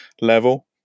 level